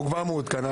הוא כבר מעודכן.